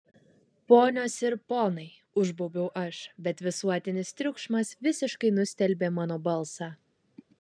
ponios ir ponai užbaubiau aš bet visuotinis triukšmas visiškai nustelbė mano balsą